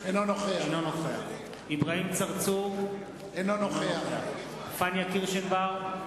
אינו נוכח אברהים צרצור, אינו נוכח פניה קירשנבאום